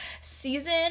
season